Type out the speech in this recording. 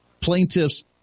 plaintiffs